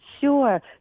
Sure